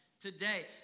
today